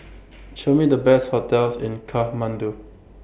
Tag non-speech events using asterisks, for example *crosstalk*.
*noise* Show Me The Best hotels in Kathmandu